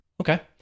Okay